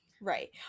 Right